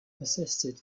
persisted